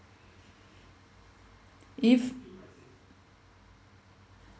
if